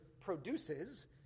produces